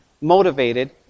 motivated